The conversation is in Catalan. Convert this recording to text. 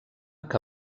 que